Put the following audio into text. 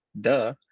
Duh